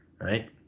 right